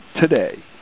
today